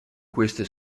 queste